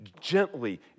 gently